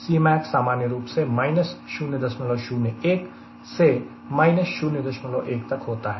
Cmac सामान्य रूप से 001 से 01 तक होता है